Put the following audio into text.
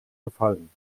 gefallen